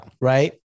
Right